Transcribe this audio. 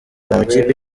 amakipe